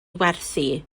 werthu